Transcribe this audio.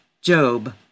Job